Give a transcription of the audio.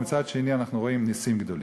ומצד שני אנחנו רואים נסים גדולים.